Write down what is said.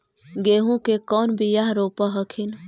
गेहूं के कौन बियाह रोप हखिन?